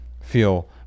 feel